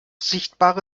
sichtbare